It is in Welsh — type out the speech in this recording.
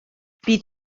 bydd